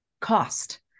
cost